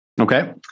Okay